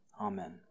Amen